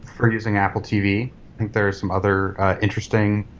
for using apple tv. i think there are some other interesting,